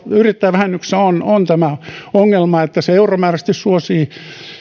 yrittäjävähennyksessä on on tämä ongelma että se euromääräisesti suosii